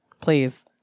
please